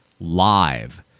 live